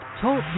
Talk